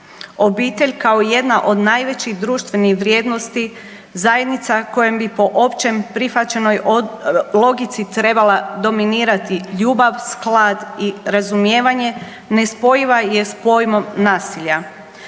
Obitelj kao jedna od najvećih društvenih vrijednosti, zajednica po kojoj bi po općoj prihvaćenoj logici trebala dominirati ljubav, sklad i razumijevanje nespojiva je sa pojmom nasilja.